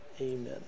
amen